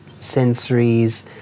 sensories